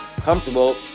comfortable